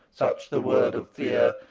such the word of fear,